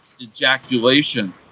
ejaculation